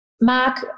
Mark